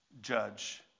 judge